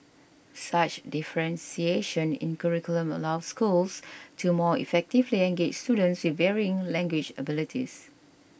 such differentiation in curriculum allows schools to more effectively engage students with varying language abilities